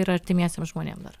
ir artimiesiem žmonėm dar